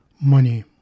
Money